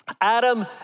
Adam